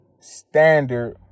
standard